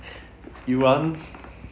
you want